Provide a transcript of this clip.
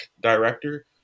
director